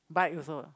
bite also